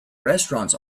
restaurants